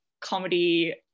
comedy